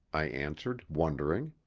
i answered, wondering.